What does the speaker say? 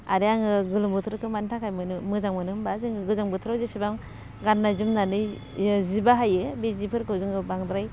आरो आङो गोलोम बोथोरखौ मानि थाखाय मोनो मोजां मोनो होम्बा जोङो गोजां बोथोराव जेसेबां गान्नाय जोमनानै जि बाहायो बे जिफोरखौ जोङो बांद्राय